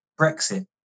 Brexit